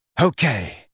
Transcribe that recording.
Okay